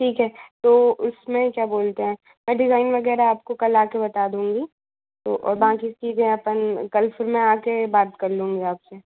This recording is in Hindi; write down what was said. ठीक है तो उसमें क्या बोलते हैं मैं डिज़ाइन वगैरह आपको कल आके बता दूँगी तो और बाकी चीज़ें अपन कल फिर मैं आके बात कर लूँगी आपसे